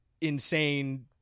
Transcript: insane